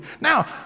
Now